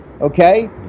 okay